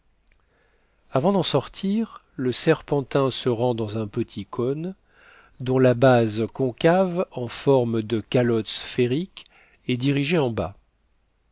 avant d'en sortir le serpentin se rend dans un petit cône dont la base concave en forme de calotte sphérique est dirigée en bas